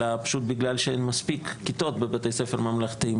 אלא פשוט כי אין מספיק כיתות בבתי ספר ממלכתיים.